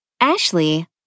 Ashley